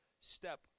step